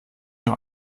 nur